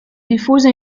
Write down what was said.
diffuso